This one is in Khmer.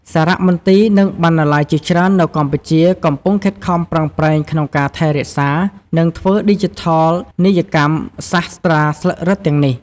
សារមន្ទីរ និងបណ្ណាល័យជាច្រើននៅកម្ពុជា កំពុងខិតខំប្រឹងប្រែងក្នុងការថែរក្សា និងធ្វើឌីជីថលនីយកម្មសាស្រ្តាស្លឹករឹតទាំងនេះ។